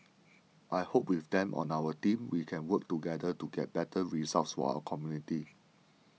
I hope with them on our team we can work together to get better results for our community